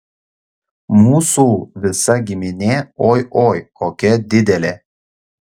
mūsų visa giminė oi oi kokia didelė